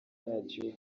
radiyo